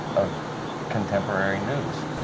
ah contemporary news.